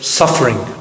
suffering